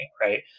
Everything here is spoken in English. Right